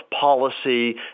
policy